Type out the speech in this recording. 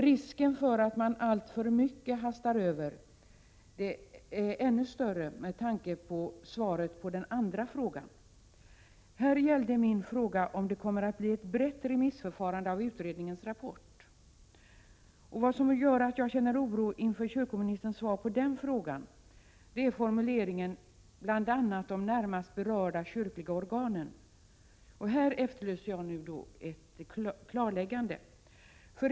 Risken för att man alltför mycket hastar över är ännu större med tanke på svaret på den andra frågan. Denna fråga gällde huruvida det kommer att bli ett brett remissförfarande beträffande utredningens rapport. Vad som gör att jag känner oro inför kyrkoministerns svar på den frågan är formuleringen ”bl.a. de närmast berörda kyrkliga organen”. I fråga om detta efterlyser jag ett klarläggande.